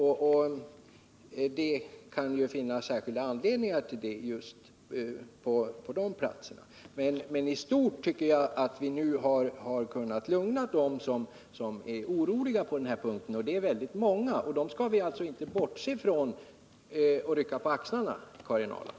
Det kan finnas särskilda anledningar till det. Men jag tycker att vi nu i stort har kunnat lugna dem som är oroliga på denna punkt, och de är många. Dessa människor skall vi inte rycka på axlarna åt, Karin Ahrland.